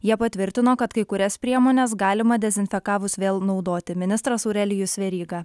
jie patvirtino kad kai kurias priemones galima dezinfekavus vėl naudoti ministras aurelijus veryga